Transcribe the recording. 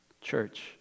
Church